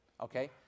Okay